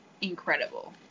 incredible